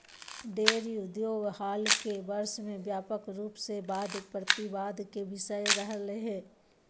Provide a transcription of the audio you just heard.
dairy उद्योग हाल के वर्ष में व्यापक रूप से वाद प्रतिवाद के विषय रहलय हें